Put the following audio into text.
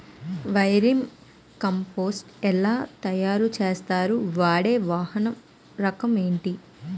Vermi compost ఎలా తయారు చేస్తారు? వాడే వానపము రకం ఏంటి?